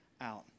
out